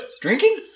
Drinking